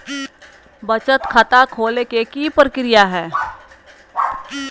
बचत खाता खोले के कि प्रक्रिया है?